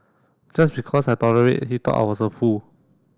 just because I tolerate he thought I was a fool